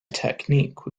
technique